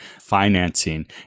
financing